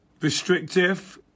restrictive